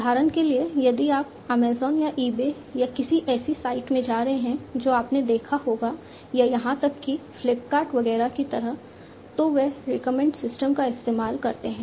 उदाहरण के लिए यदि आप अमेजन या ईबे या किसी ऐसी साइट में जा रहे हैं तो आपने देखा होगा या यहां तक कि फ्लिपकार्ट वगैरह की तरह तो वे रिकमेंडर सिस्टम का इस्तेमाल करते हैं